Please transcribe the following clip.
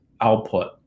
output